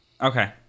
Okay